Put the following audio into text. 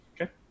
okay